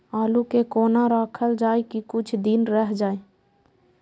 आलू के कोना राखल जाय की कुछ दिन रह जाय?